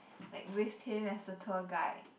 like with him as the tour guide